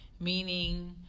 Meaning